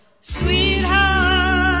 sweetheart